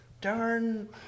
darn